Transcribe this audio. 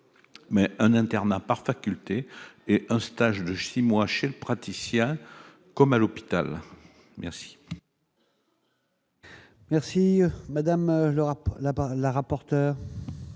mais un internat par faculté et un stage de 6 mois chez le praticien comme à l'hôpital, merci. Merci madame le rap,